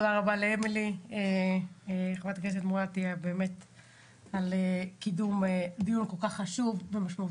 תודה רבה לחברת הכנסת אמילי מואטי על קידום דיון כל כך חשוב ומשמעותי.